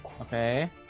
okay